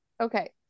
okay